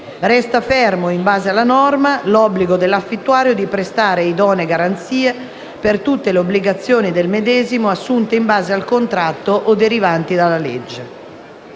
Resta fermo, in base alla norma, l'obbligo dell'affittuario di prestare idonee garanzie per tutte le obbligazioni del medesimo assunte in base al contratto o derivanti dalla legge.